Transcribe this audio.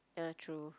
ya true